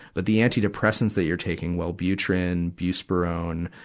but the antidepressants that you're taking, wellbutrin, buspirone,